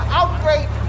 outrage